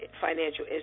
financial